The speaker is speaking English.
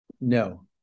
No